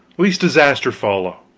lest disaster follow.